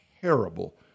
terrible